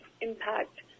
impact